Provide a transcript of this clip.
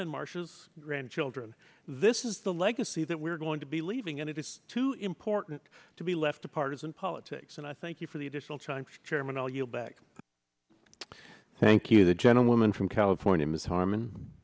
and marcia's grandchildren this is the legacy that we're going to be leaving and it is too important to be left to partisan politics and i thank you for the additional chunks of chairman all you back thank you the gentleman from california ms harm